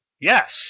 yes